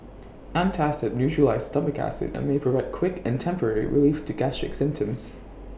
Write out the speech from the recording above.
antacid neutralises stomach acid and may provide quick and temporary relief to gastric symptoms